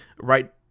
right